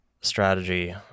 strategy